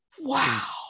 wow